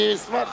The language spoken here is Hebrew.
אני אשמח.